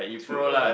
true lah